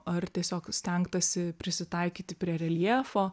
ar tiesiog stengtasi prisitaikyti prie reljefo